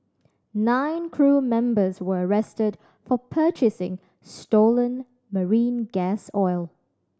nine crew members were arrested for purchasing stolen marine gas oil